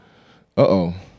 Uh-oh